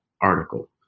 article